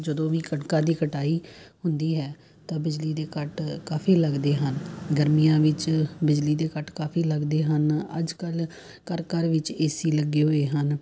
ਜਦੋਂ ਵੀ ਕਣਕਾਂ ਦੀ ਕਟਾਈ ਹੁੰਦੀ ਹੈ ਤਾਂ ਬਿਜਲੀ ਦੇ ਕੱਟ ਕਾਫੀ ਲੱਗਦੇ ਹਨ ਗਰਮੀਆਂ ਵਿੱਚ ਬਿਜਲੀ ਦੇ ਕੱਟ ਕਾਫੀ ਲੱਗਦੇ ਹਨ ਅੱਜ ਕੱਲ੍ਹ ਘਰ ਘਰ ਵਿੱਚ ਏ ਸੀ ਲੱਗੇ ਹੋਏ ਹਨ